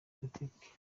politiki